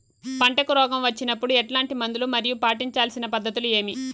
పంటకు రోగం వచ్చినప్పుడు ఎట్లాంటి మందులు మరియు పాటించాల్సిన పద్ధతులు ఏవి?